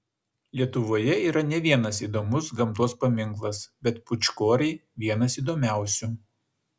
lietuvoje yra ne vienas įdomus gamtos paminklas bet pūčkoriai vienas įdomiausių